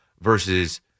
versus